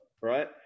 right